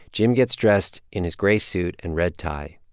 jim gets dressed in his gray suit and red tie.